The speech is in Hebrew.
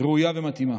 ראויה ומתאימה.